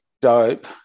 dope